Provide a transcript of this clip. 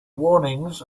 warnings